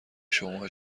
شما